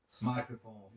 Microphone